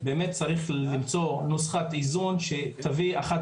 באמת צריך למצוא נוסחת איזון שתביא אחת